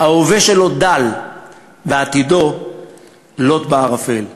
ההווה שלו דל ועתידו לוט בערפל".